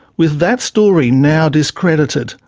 with that story now discredited,